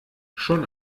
schon